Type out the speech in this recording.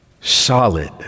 solid